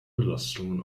belastungen